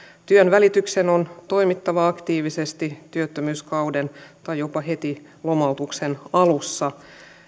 työnvälityksen on toimittava aktiivisesti työttömyyskauden tai jopa heti lomautuksen alussa